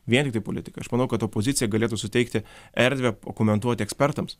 vien tiktai politikai aš manau kad opozicija galėtų suteikti erdvę pakomentuoti ekspertams